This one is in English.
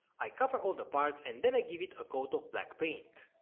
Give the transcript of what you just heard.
i cover all the parts and then i give it a coat of black paint.